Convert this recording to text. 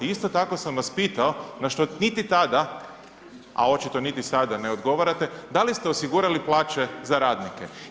Isto tako sam vas pitao, na što niti tada, a očito niti sada ne odgovarate, da li ste osigurali plaće za radnice.